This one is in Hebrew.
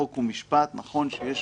חוק ומשפט נכון שיש